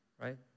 right